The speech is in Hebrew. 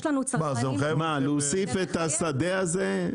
יש לנו צרכנים -- מה, להוסיף את השדה הזה?